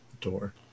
door